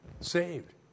saved